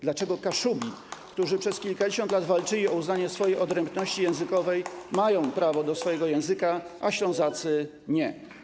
Dlaczego Kaszubi, którzy przez kilkadziesiąt lat walczyli o uznanie swojej odrębności językowej, mają prawo do swojego języka, a Ślązacy nie?